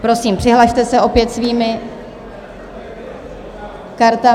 Prosím, přihlaste se opět svými kartami.